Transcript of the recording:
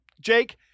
Jake